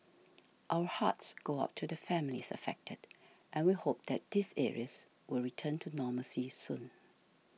our hearts go out to the families affected and we hope that these areas will return to normalcy soon